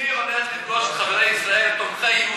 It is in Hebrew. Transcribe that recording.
אני הולך לפגוש את חברי ישראל תומכי היהודים.